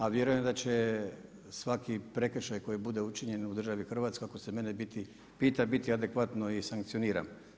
A vjerujem da će svaki prekršaj koji bude učinjen u državi Hrvatskoj ako se mene pita biti adekvatno i sankcioniran.